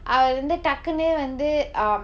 அவரு வந்து டக்குனு வந்து:avaru vanthu takkunu vanthu um